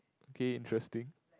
okay interesting